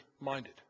minded